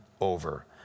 over